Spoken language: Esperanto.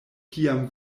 kiam